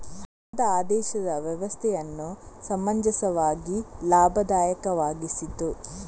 ಹಣದ ಆದೇಶ ವ್ಯವಸ್ಥೆಯನ್ನು ಸಮಂಜಸವಾಗಿ ಲಾಭದಾಯಕವಾಗಿಸಿತು